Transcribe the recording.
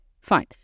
Fine